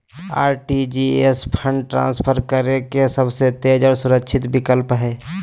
RTGS fund transfer करे के सबसे तेज आर सुरक्षित विकल्प हय